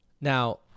Now